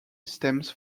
stems